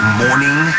morning